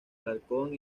alarcón